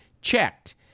checked